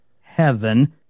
heaven